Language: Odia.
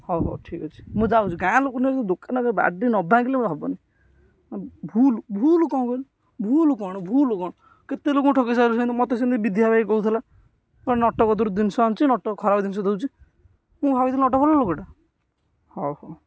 ହଉ ହଉ ଠିକ୍ ଅଛି ମୁଁ ଯାଉଛି ଗାଁ ଲୋକ ନେଇକି ଦୋକାନରେ ବାଡ଼େଇ ନ ଭାଙ୍ଗିଲେ ହେବନି ଭୁଲ୍ ଭୁଲ୍ କ'ଣ କହିଲୁ ଭୁଲ୍ କ'ଣ ଭୁଲ୍ କ'ଣ କେତେ ଲୋକଙ୍କୁ ଠକି ସାରିଲୁଣି ମୋତେ ସେମିତି ବିଧିଆ ଭାଇ କହୁଥିଲା ନଟକତିରୁ ଜିନିଷ ଆଣିଚି ନଟ ଖରାପ ଜିନିଷ ଦେଉଛି ମୁଁ ଭାବିଥିଲି ନଟ ଭଲ ଲୋକଟା ହଉ ହଉ